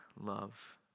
love